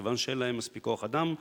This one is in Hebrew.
כיוון שאין להם מספיק כוח-אדם,